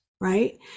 Right